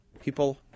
People